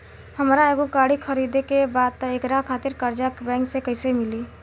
हमरा एगो गाड़ी खरीदे के बा त एकरा खातिर कर्जा बैंक से कईसे मिली?